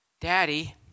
Daddy